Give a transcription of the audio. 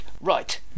Right